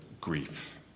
grief